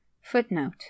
Footnote